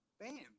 Bam